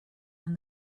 and